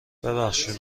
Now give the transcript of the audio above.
ببخشید